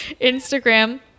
Instagram